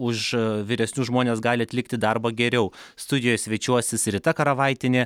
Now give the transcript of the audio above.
už vyresnius žmones gali atlikti darbą geriau studijoje svečiuosis rita karavaitienė